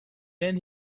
then